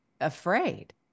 afraid